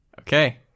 okay